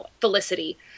Felicity